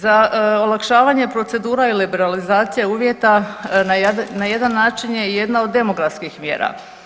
Za olakšavanje procedura i liberalizacija uvjeta na jedan način je jedna od demografskih mjera.